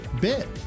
bit